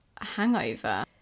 hangover